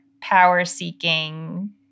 power-seeking